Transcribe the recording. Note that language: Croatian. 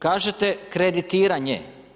Kažete, kreditiranje.